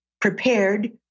prepared